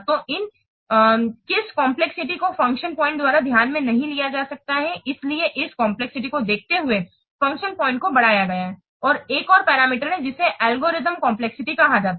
तो इन किस कम्प्लेक्सिटी को फ़ंक्शन पॉइंट द्वारा ध्यान में नहीं लिया जाता है इसलिए इस कम्प्लेक्सिटी को देखते हु0ए फ़ंक्शन पॉइंट को बढ़ाया गया है इसका एक और पैरामीटर Parameterहै जिसे एल्गोरिथम कम्प्लेक्सिटी कहा जाता है